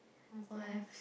ah still has